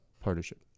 partnership